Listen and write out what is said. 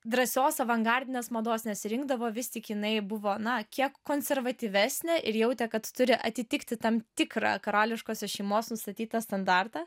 drąsios avangardinės mados nesirinkdavo vis tik jinai buvo na kiek konservatyvesnė ir jautė kad turi atitikti tam tikrą karališkosios šeimos nustatytą standartą